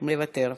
מוותר.